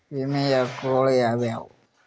ವಿಮೆಯ ಹಕ್ಕುಗಳು ಯಾವ್ಯಾವು?